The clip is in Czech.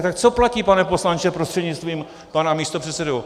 Tak co platí, pane poslanče prostřednictvím pana místopředsedy?